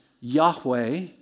Yahweh